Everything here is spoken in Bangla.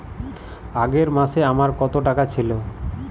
আগের মাসে আমার কত টাকা ছিল?